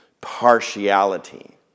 partiality